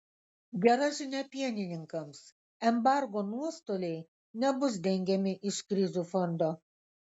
gera žinia pienininkams embargo nuostoliai nebus dengiami iš krizių fondo